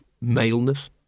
maleness